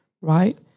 right